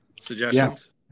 suggestions